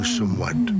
somewhat